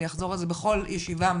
אני אחזור על זה בכל ישיבה,